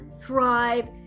thrive